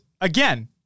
again